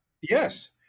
Yes